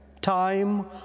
time